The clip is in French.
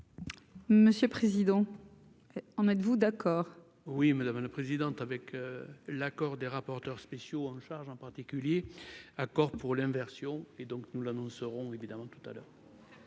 Monsieur Président en mettent vous d'accord. Oui, madame la présidente, avec l'accord des rapporteurs spéciaux en charge en particulier : accord pour l'inversion et donc nous l'annoncerons évidemment tout à l'heure.